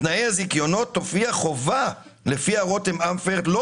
בתנאי הזיכיונות תופיע חובה לפיה רותם אמפרט לא